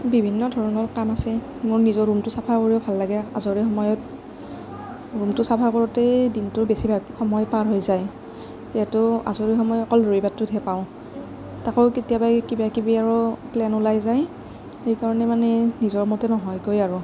বিভিন্ন ধৰণৰ কাম আছে মোৰ নিজৰ ৰূমটো চাফা কৰিও ভাল লাগে আজৰি সময়ত ৰূমটো চাফা কৰোঁতেই দিনটোৰ বেছিভাগ সময় পাৰ হৈ যায় যিহেতু আজৰি সময় অকল ৰবিবাৰটোহে পাওঁ তাকো কেতিয়াবা কিবা কিবি আৰু প্লেন ওলাই যায় সেইকাৰণে মানে নিজৰ মতে নহয়গৈ আৰু